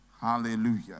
Hallelujah